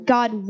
God